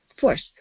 force